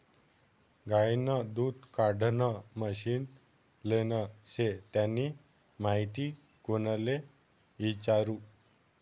गायनं दूध काढानं मशीन लेनं शे त्यानी माहिती कोणले इचारु?